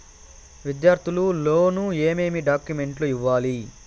విద్యార్థులు లోను ఏమేమి డాక్యుమెంట్లు ఇవ్వాలి?